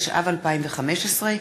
התשע"ו 2015,